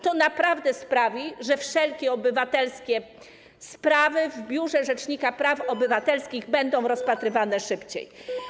To naprawdę sprawi, że wszelkie obywatelskie sprawy będą w Biurze Rzecznika Praw Obywatelskich rozpatrywane szybciej.